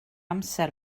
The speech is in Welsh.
amser